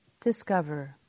discover